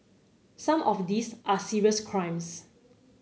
some of these are serious crimes